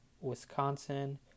Wisconsin